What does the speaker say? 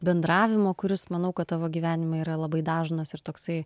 bendravimo kuris manau kad tavo gyvenime yra labai dažnas ir toksai